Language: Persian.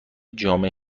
جامعه